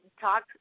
talk